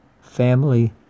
family